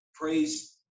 praise